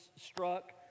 struck